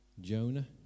Jonah